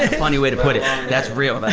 and funny way to put it that's real that's